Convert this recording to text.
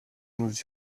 nous